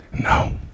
No